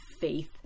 faith